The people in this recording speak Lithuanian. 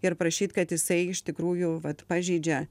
ir prašyt kad jisai iš tikrųjų vat pažeidžia